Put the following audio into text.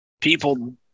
People